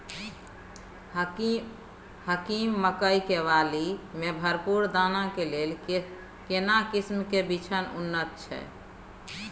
हाकीम मकई के बाली में भरपूर दाना के लेल केना किस्म के बिछन उन्नत छैय?